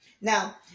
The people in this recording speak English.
Now